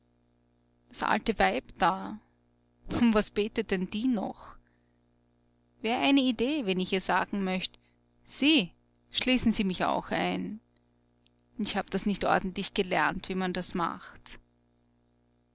alte weib da um was betet denn die noch wär eine idee wenn ich ihr sagen möcht sie schließen sie mich auch ein ich hab das nicht ordentlich gelernt wie man das macht